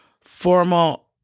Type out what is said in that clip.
formal